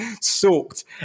soaked